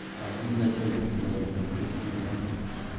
i did not understand the christian language.